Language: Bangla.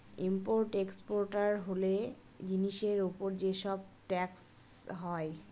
ইম্পোর্ট এক্সপোর্টার হলে জিনিসের উপর যে সব ট্যাক্স হয়